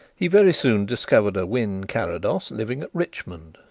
he very soon discovered a wynn carrados living at richmond,